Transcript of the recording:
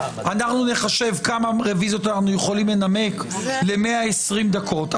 אנחנו נחשב כמה רוויזיות אנחנו יכולים לנמק ל-120 דקות.